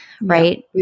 right